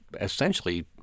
essentially